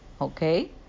okay